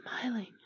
smiling